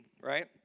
right